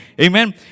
Amen